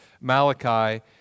Malachi